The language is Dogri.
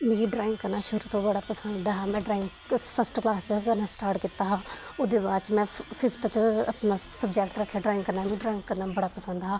मिगी ड्राइंग करना शुरू तों बड़ा पसंद हा में ड्राइंग फर्स्ट क्लास च गै करना स्टार्ट कीता हा ओह्दे बाद च में फिफ्थ च अपना सबजैक्ट रक्खेआ ड्राइंग करना मीं ड्राइंग करना बड़ा पसंद हा